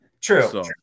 True